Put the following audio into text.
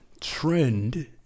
trend